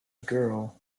girl